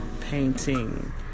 painting